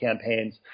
campaigns